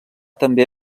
també